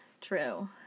True